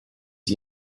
die